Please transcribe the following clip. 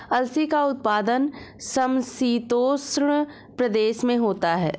अलसी का उत्पादन समशीतोष्ण प्रदेश में होता है